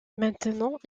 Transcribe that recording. maintenant